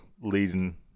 leading